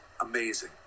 amazing